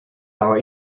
our